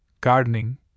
gardening